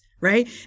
Right